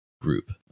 group